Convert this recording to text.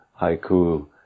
haiku